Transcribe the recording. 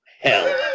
hell